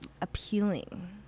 appealing